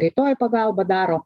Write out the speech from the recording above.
greitoji pagalba daro